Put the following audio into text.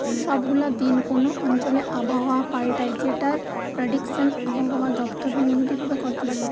সব গুলা দিন কোন অঞ্চলে আবহাওয়া পাল্টায় যেটার প্রেডিকশন আবহাওয়া দপ্তর নিয়মিত ভাবে করতিছে